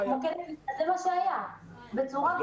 זה מה שהיה, בצורה גורפת.